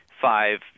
five